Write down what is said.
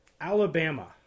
Alabama